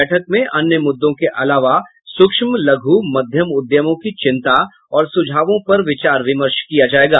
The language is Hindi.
बैठक में अन्य मुद्दों के अलावा सूक्ष्म लघु मध्यम उद्यमों की चिंता और सुझावों पर विचार विमर्श होगा